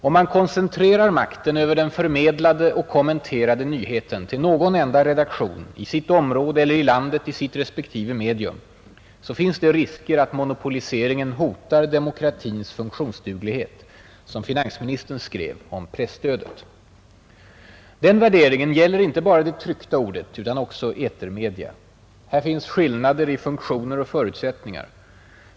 Om man koncentrerar makten över den förmedlade och kommenterade nyheten till någon enda redaktion — i sitt område eller i landet i sitt respektive medium — finns det risker att monopoliseringen ”hotar demokratins funktionsduglighet”, som finansministern skrev — om presstödet. Den värderingen gäller inte bara det tryckta ordet utan också etermedia. Här finns skillnader i funktioner och förutsättningar.